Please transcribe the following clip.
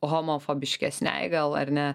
homofobiškesnei gal ar ne